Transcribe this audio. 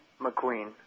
McQueen